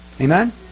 Amen